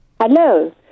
Hello